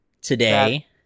today